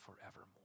forevermore